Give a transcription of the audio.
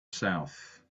south